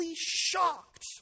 shocked